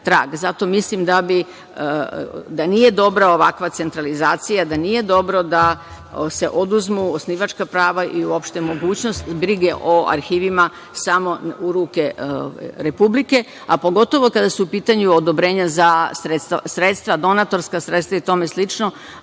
Zato mislim da nije dobra ovakva centralizacija, da nije dobro da se oduzmu osnivačka prava i uopšte mogućnost brige o arhivima samo u ruke Republike, a pogotovo kada su u pitanju odobrenja za sredstva, donatorska sredstva i tome slično.